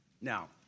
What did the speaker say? Now